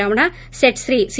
రమణ సెట్ శ్రీ సి